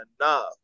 enough